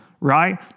right